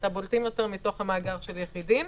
את הבולטים יותר מתוך המאגר של יחידים.